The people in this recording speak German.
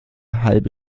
halbe